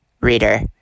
reader